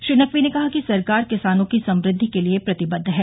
श्री नकवी ने कहा कि सरकार किसानों की समृद्वि के लिए प्रतिबद्ध है